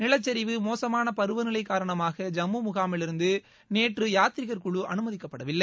நிலச்சரிவு மோசமான பருவநிலை காரணமாக ஜம்மு முகாமிலிருந்து நேற்று யாத்திரிகர் குழு அனுமதிக்கப்படவில்லை